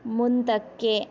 ಮುಂದಕ್ಕೆ